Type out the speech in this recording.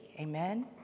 Amen